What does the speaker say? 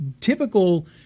typical